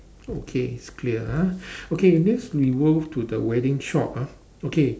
okay it's clear ah okay next we move to the wedding shop ah okay